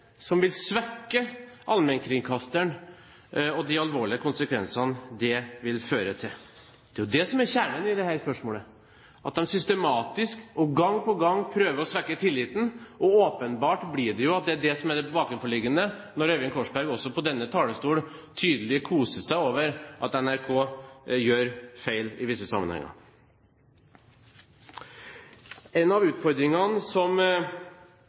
som vil svekke allmennkringkasteren, med de alvorlige konsekvensene det vil få. Det er det som er kjernen i dette spørsmålet, at de systematisk og gang på gang prøver å svekke tilliten. Åpenbart er det det bakenforliggende når Øyvind Korsberg på denne talerstol tydelig koser seg over at NRK også gjør feil i visse sammenhenger. En av utfordringene som